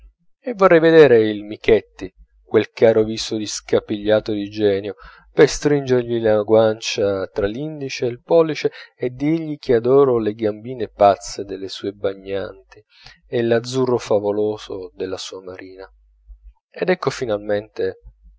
e vorrei vedere il michetti quel caro viso di scapigliato di genio per stringergli la guancia tra l'indice e il pollice e dirgli che adoro le gambine pazze delle sue bagnanti e l'azzurro favoloso della sua marina ed ecco finalmente